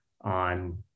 on